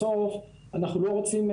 בסוף אנחנו לא רוצים,